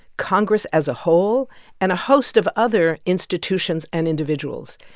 congress as a whole and a host of other institutions and individuals.